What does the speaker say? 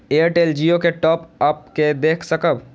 Airtel Jio के top up के देख सकब?